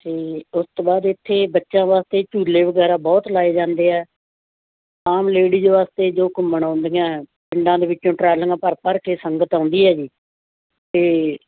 ਅਤੇ ਉਸ ਤੋਂ ਬਾਅਦ ਇੱਥੇ ਬੱਚਿਆਂ ਵਾਸਤੇ ਝੂਲੇ ਵਗੈਰਾ ਬਹੁਤ ਲਾਏ ਜਾਂਦੇ ਹੈ ਆਮ ਲੇਡੀਜ਼ ਵਾਸਤੇ ਜੋ ਘੁੰਮਣ ਆਉਂਦੀਆਂ ਹੈ ਪਿੰਡਾਂ ਦੇ ਵਿੱਚੋਂ ਟਰਾਲੀਆਂ ਭਰ ਭਰ ਕੇ ਸੰਗਤ ਆਉਂਦੀ ਹੈ ਜੀ ਅਤੇ